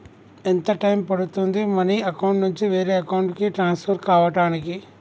ఎంత టైం పడుతుంది money account నుంచి వేరే అకౌంట్ కి ట్రాన్స్ఫర్ కావటానికి?